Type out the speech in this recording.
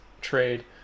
trade